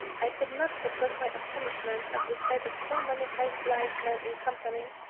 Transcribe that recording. i could not suppress my astonishment at the sight of so many half blind men in company,